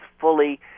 fully